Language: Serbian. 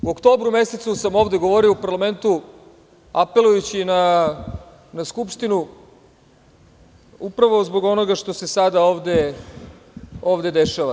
U oktobru mesecu sam ovde govorio u Parlamentu apelujući na Skupštinu, upravo, zbog onoga što se sada ovde dešava.